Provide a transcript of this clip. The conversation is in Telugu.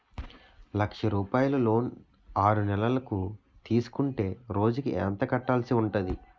లక్ష రూపాయలు లోన్ ఆరునెలల కు తీసుకుంటే రోజుకి ఎంత కట్టాల్సి ఉంటాది?